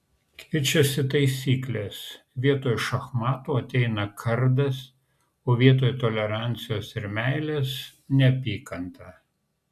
keičiasi taisyklės vietoj šachmatų ateina kardas o vietoj tolerancijos ir meilės neapykanta